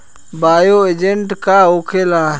Bio agent का होखेला?